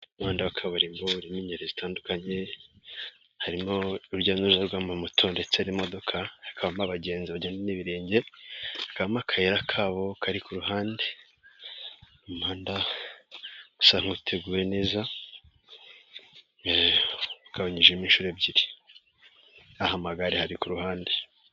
Umuhanda w'akabarimbo n'ingeri zitandukanye, harimo urujya n'uruza rw'amamoto ndetse hari imodoka, hakabamo abagenzi bagendesha ibirenge, harimo akayira kabo kari ku ruhande impanda gusa ntuteguyewe neza, ugabanyijemo inshuro ebyiri, aho amagare ari ku ruhande.